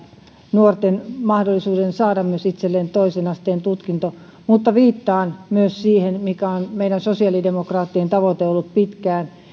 nuorten mahdollisuuden saada myös itselleen toisen asteen tutkinto mutta viittaan myös siihen mikä on meidän sosiaalidemokraattien tavoite ollut pitkään